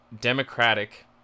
democratic